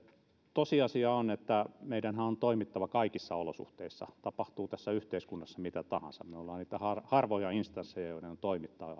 tosiasia on että meidänhän on on toimittava kaikissa olosuhteissa tapahtuu tässä yhteiskunnassa mitä tahansa me olemme niitä harvoja instansseja joiden on toimittava